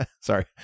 Sorry